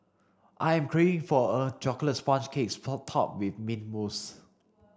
I am craving for a chocolate sponge cakes topped with mint mousse